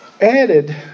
Added